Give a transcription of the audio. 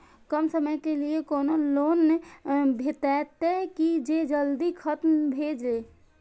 कम समय के लीये कोनो लोन भेटतै की जे जल्दी खत्म भे जे?